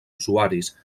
usuaris